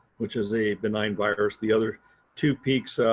which is a benign virus. the other two peaks,